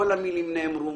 כל המילים נאמרו,